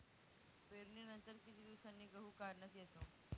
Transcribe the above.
पेरणीनंतर किती दिवसांनी गहू काढण्यात येतो?